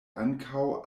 ankaŭ